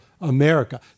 America